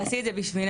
תעשי את זה בשבילנו,